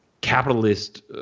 capitalist